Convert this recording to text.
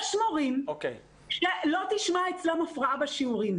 יש מורים שלא תשמע אצלם הפרעה בשיעורים,